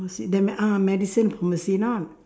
~macy the me~ ah medicine pharmacy now